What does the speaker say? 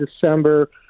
December